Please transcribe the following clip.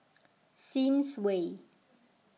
Sims Way